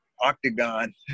octagon